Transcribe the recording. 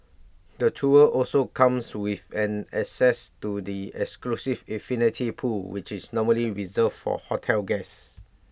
the tour also comes with an access to the exclusive infinity pool which is normally reserved for hotel guests